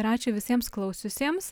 ir ačiū visiems klausiusiems